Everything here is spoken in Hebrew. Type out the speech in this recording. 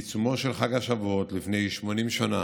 בעיצומו של חג השבועות, לפני 80 שנה,